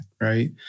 right